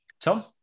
Tom